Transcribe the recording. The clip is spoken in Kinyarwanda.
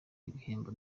ibihembo